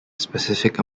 specific